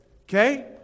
okay